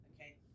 Okay